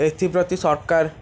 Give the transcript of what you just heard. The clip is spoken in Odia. ଏଥିପ୍ରତି ସରକାର